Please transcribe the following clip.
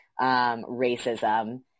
racism